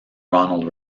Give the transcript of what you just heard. ronald